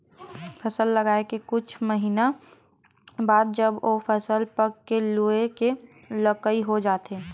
फसल लगाए के कुछ महिना बाद जब ओ फसल पक के लूए के लइक हो जाथे